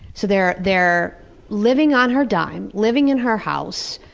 so they're they're living on her dime, living in her house,